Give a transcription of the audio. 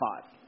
five